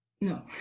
No